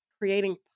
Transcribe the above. creating